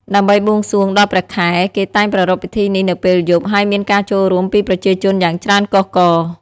ដើម្បីបួងសួងដល់ព្រះខែ គេតែងប្រារព្ធពិធីនេះនៅពេលយប់ ហើយមានការចូលរួមពីប្រជាជនយ៉ាងច្រើនកុះករ។